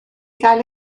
gael